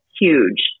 Huge